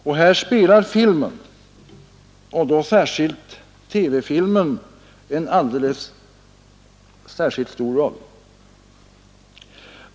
Och här spelar filmen, särskilt TV-filmen, stor roll.